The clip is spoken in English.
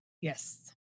Yes